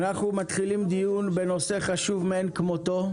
אנחנו מתחילים דיון בנושא חשוב מאין כמותו: